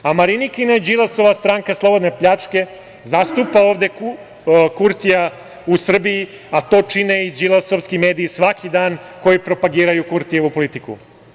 A Marinikina i Đilasova stranka slobodne pljačke zastupa ovde Kurtija u Srbiji, a to čine i đilasovski mediji svaki dan, koji propagiraju Kurtijevu politiku.